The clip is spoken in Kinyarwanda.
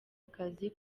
akazi